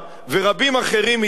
ורבים אחרים אתו,